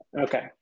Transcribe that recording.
Okay